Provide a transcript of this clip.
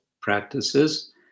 practices